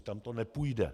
Tam to nepůjde.